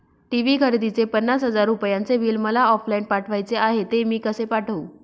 TV खरेदीचे पन्नास हजार रुपयांचे बिल मला ऑफलाईन पाठवायचे आहे, ते मी कसे पाठवू?